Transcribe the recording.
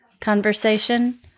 conversation